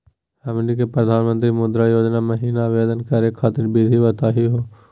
हमनी के प्रधानमंत्री मुद्रा योजना महिना आवेदन करे खातीर विधि बताही हो?